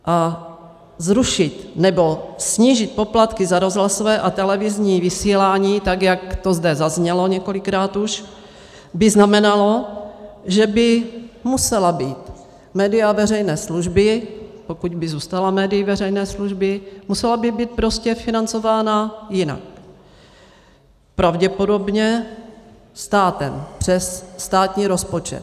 A zrušit nebo snížit poplatky za rozhlasové a televizní vysílání, tak jak to zde zaznělo už několikrát, by znamenalo, že by musela být média veřejné služby, pokud by zůstala médii veřejné služby, prostě financována jinak, pravděpodobně státem přes státní rozpočet.